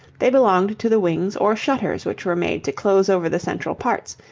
they belonged to the wings or shutters which were made to close over the central parts,